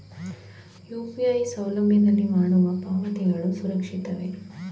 UPI ಸೌಲಭ್ಯದಲ್ಲಿ ಮಾಡುವ ಪಾವತಿಗಳು ಸುರಕ್ಷಿತವೇ?